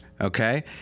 Okay